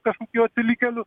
kažkokių atsilikėlių